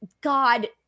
God